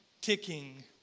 ticking